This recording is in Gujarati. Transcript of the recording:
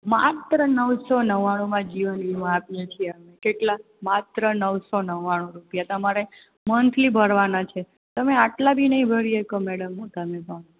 માત્ર નવસો નવ્વાણુંમાં જીવન વીમો આપીએ છીએ અમે કેટલા માત્ર નવસો નવ્વાણું રૂપિયા તમારે મંથલી ભરવાના છે તમે આટલા બી નહીં ભરી શકો મેડમ